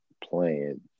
playing